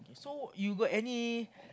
so you got any